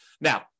Now